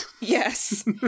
Yes